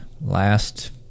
last